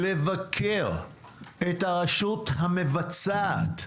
לבקר את הרשות המבצעת,